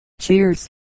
Cheers